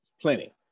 Plenty